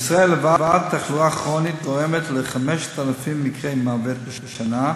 בישראל לבד תחלואה כרונית גורמת ל-5,000 מקרי מוות בשנה,